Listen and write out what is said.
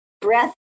breath